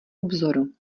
obzoru